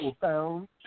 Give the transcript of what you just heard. found